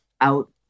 out